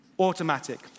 Automatic